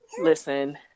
listen